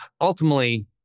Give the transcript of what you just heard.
ultimately